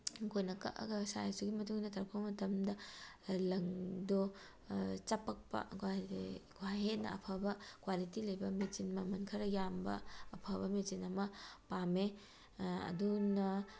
ꯑꯩꯈꯣꯏꯅ ꯀꯛꯑꯒ ꯁꯥꯏꯖꯇꯨꯒꯤ ꯃꯇꯨꯡꯏꯟꯅ ꯇꯧꯔꯛꯄ ꯃꯇꯝꯗ ꯂꯪꯗꯣ ꯆꯄꯛꯄ ꯈ꯭ꯋꯥꯏ ꯍꯦꯟꯅ ꯑꯐꯕ ꯀ꯭ꯋꯥꯂꯤꯇꯤ ꯂꯩꯕ ꯃꯦꯆꯤꯟ ꯃꯃꯟ ꯈꯔ ꯌꯥꯝꯕ ꯑꯐꯕ ꯃꯦꯆꯤꯟ ꯑꯃ ꯄꯥꯝꯃꯦ ꯑꯗꯨꯅ